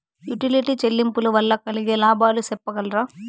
Utility చెల్లింపులు వల్ల కలిగే లాభాలు సెప్పగలరా?